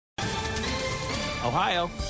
Ohio